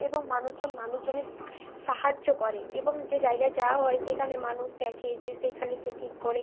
এবং মানুষজন মানুষজনের সাহায্য করে এবং যে জায়গায় যাওয়া হয় সেখানে মানুষ দেখে যে সেইখানে সে ঠিক করে